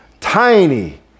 tiny